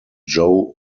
joe